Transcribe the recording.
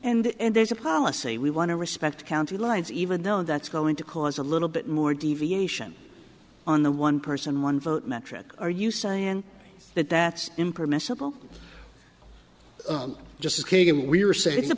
and there's a policy we want to respect county lines even though that's going to cause a little bit more deviation on the one person one vote metric are you saying that that's impermissible just